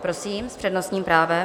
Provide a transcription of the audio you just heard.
Prosím s přednostním právem.